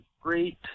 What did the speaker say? great